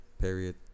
Period